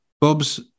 Bob's